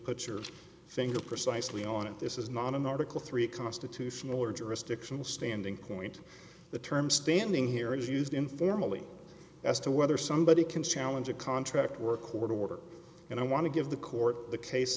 put your finger precisely on it this is not an article three constitutional or jurisdictional standing point the term standing here is used informally as to whether somebody can challenge a contract work order order and i want to give the court the case